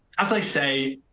as i say,